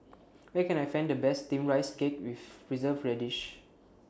Where Can I Find The Best Steamed Rice Cake with Preserved Radish